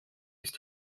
ist